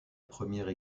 première